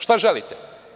Šta želite?